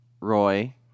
Roy